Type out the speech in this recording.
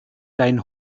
dein